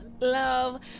love